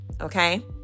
okay